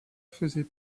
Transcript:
faisait